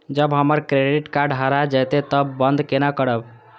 जब हमर credit card हरा जयते तब बंद केना करब?